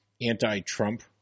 anti-Trump